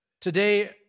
Today